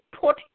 put